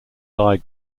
lie